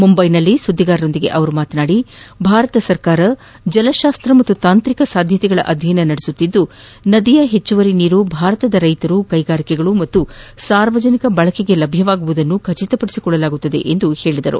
ಮುಂಬೈನಲ್ಲಿ ಸುದ್ದಿಗಾರರೊಂದಿಗೆ ಮಾತನಾಡಿದ ಅವರು ಭಾರತ ಸರ್ಕಾರ ಜಲಶಾಸ್ತ್ರ ಮತ್ತು ತಾಂತ್ರಿಕ ಸಾಧ್ಯತೆಗಳ ಅಧ್ಯಯನ ನಡೆಸುತ್ತಿದ್ದು ನದಿಯ ಹೆಚ್ಚುವರಿ ನೀರು ಭಾರತದ ರೈತರ ಕೈಗಾರಿಕೆಗಳು ಮತ್ತು ಸಾರ್ವಜನಿಕ ಬಳಕೆಗೆ ಲಭ್ಯವಾಗುವುದನ್ನು ಖಚಿತಪಡಿಸಿಕೊಳ್ಳಲಾಗುವುದೆಂದು ಹೇಳಿದರು